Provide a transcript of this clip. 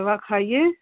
दवा खाइए